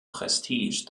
prestige